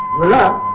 love